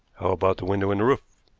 about the window in the roof?